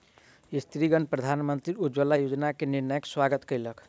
स्त्रीगण प्रधानमंत्री उज्ज्वला योजना के निर्णयक स्वागत कयलक